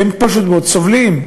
הם פשוט מאוד סובלים.